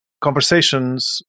Conversations